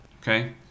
okay